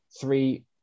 three